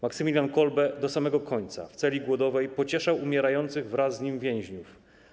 Maksymilian Kolbe do samego końca w celi głodowej pocieszał umierających wraz z nim więźniów.